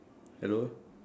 hello